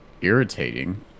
irritating